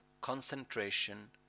concentration